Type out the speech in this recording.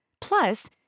Plus